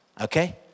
Okay